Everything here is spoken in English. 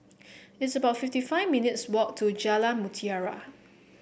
it's about fifty five minutes' walk to Jalan Mutiara